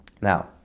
Now